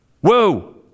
whoa